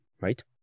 right